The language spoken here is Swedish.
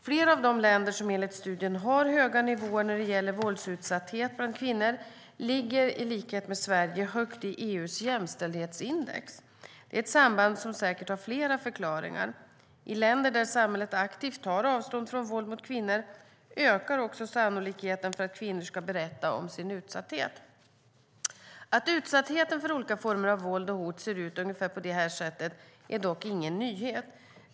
Flera av de länder som enligt studien har höga nivåer när det gäller våldsutsatthet bland kvinnor ligger i likhet med Sverige högt i EU:s jämställdhetsindex. Det är ett samband som säkert har flera förklaringar. I länder där samhället aktivt tar avstånd från våld mot kvinnor ökar också sannolikheten för att kvinnor ska berätta om sin utsatthet. Att utsattheten för olika former av våld och hot ser ut ungefär på det här sättet är dock ingen nyhet.